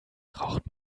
braucht